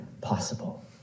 possible